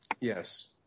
yes